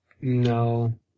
no